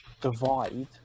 divide